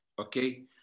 Okay